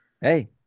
Hey